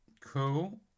Cool